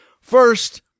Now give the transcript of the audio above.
first